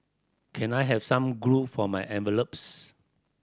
can I have some glue for my envelopes